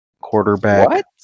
Quarterback